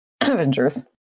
Avengers